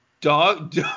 Dog